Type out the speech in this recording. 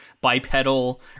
bipedal